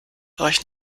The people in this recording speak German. euch